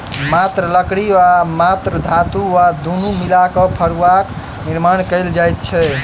मात्र लकड़ी वा मात्र धातु वा दुनू मिला क फड़ुआक निर्माण कयल जाइत छै